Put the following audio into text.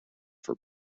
for